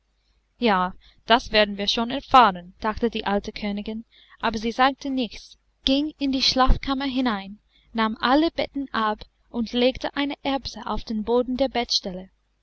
ja das werden wir schon erfahren dachte die alte königin aber sie sagte nichts ging in die schlafkammer hinein nahm alle betten ab und legte eine erbse auf den boden der bettstelle